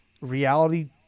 reality